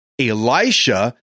Elisha